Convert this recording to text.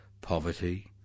poverty